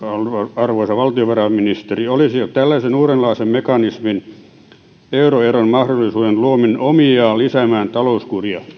arvoisa valtiovarainministeri olisiko tällaisen uudenlaisen mekanismin euroeron mahdollisuuden luominen omiaan lisäämään talouskuria